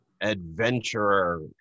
adventurer